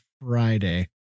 Friday